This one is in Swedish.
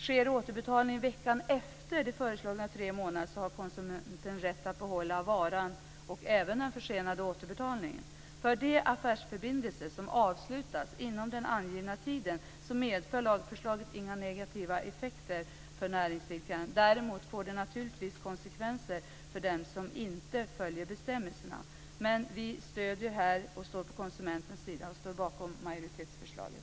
Sker återbetalningen veckan efter de föreslagna tre månaderna har konsumenten rätt att behålla varan och även den försenade återbetalningen. För de affärsförbindelser som avslutas inom den angivna tiden medför förslaget inga negativa effekter för näringsidkaren - däremot får det naturligtvis konsekvenser för dem som inte följer bestämmelserna. Vi stöder här konsumenterna och står bakom majoritetsförslaget.